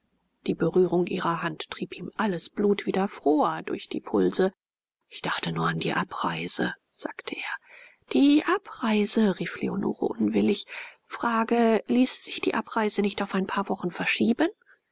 die berührung ihrer hand trieb ihm alles blut wieder froher durch die pulse ich dachte nur an die abreise sagte er die abreise rief leonore unwillig frage ließe sich die abreise nicht auf ein paar wochen verschieben